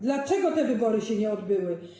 Dlaczego te wybory się nie odbyły?